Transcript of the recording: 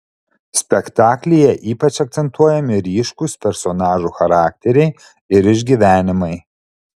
spektaklyje ypač akcentuojami ryškūs personažų charakteriai ir išgyvenimai